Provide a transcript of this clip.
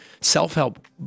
self-help